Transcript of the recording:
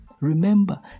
Remember